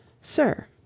Sir